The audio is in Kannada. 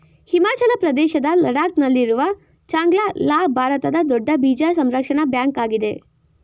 ಹಿಮಾಚಲ ಪ್ರದೇಶದ ಲಡಾಕ್ ನಲ್ಲಿರುವ ಚಾಂಗ್ಲ ಲಾ ಭಾರತದ ದೊಡ್ಡ ಬೀಜ ಸಂರಕ್ಷಣಾ ಬ್ಯಾಂಕ್ ಆಗಿದೆ